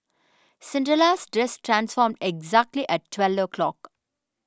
Cinderella's dress transformed exactly at twelve o'clock